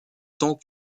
tant